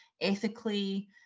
ethically